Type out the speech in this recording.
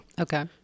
Okay